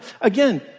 again